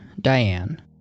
Diane